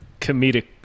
comedic